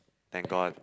thank god